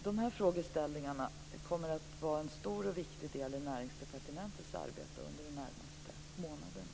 Dessa frågeställningar kommer att vara en stor och viktig del i Näringsdepartementets arbete under de närmaste månaderna.